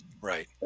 right